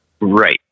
Right